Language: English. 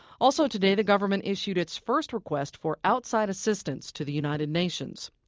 also today the government issued its first request for outside assistance to the united nations.